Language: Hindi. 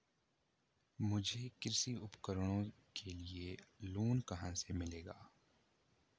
मुझे कृषि उपकरणों के लिए लोन कहाँ से मिलेगा?